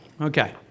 Okay